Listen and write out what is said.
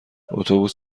اتوبوس